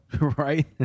right